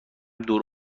دور